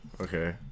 Okay